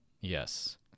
yes